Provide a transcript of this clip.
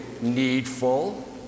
needful